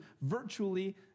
virtually